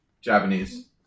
Japanese